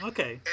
Okay